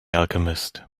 alchemist